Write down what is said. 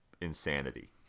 insanity